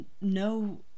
no